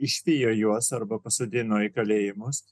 išvijo juos arba pasodino į kalėjimus